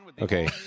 okay